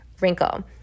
wrinkle